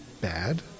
bad